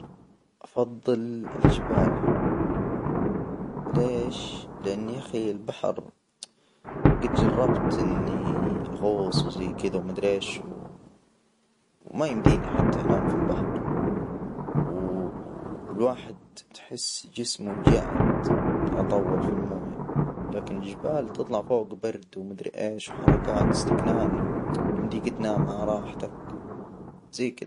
أفضل الجبال، ليش؟ لأن ياأخي البحر، جيت جربت إني أغوص وزي كدا ومدري إيش، و-وما يمديني حتى أنام في البحر. و والواحد تحس جسمه جاعد أطول في المويه، لكن جبال تطلع فوق برد ومدري إيش، وحركات استكنان يمديك تنام عراحتك زي كده.